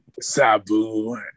Sabu